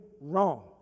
wrong